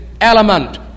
element